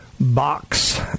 Box